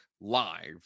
Live